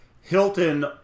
Hilton